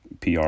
PR